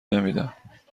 نمیدم